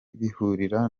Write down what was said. bihurira